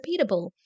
repeatable